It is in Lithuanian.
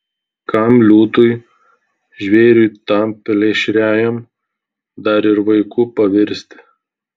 kam liūtui žvėriui tam plėšriajam dar ir vaiku pavirsti